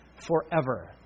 forever